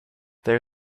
there